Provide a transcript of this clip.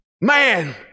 Man